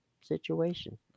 situation